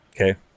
Okay